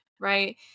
Right